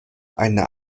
eine